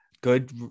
good